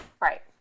Right